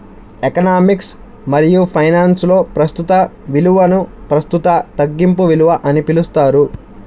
economics మరియుఫైనాన్స్లో, ప్రస్తుత విలువనుప్రస్తుత తగ్గింపు విలువ అని పిలుస్తారు